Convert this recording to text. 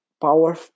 power